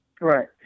Right